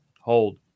Hold